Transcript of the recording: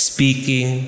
Speaking